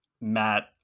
Matt